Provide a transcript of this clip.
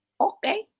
Okay